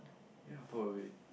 ya probably